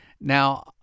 Now